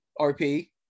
RP